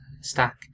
stack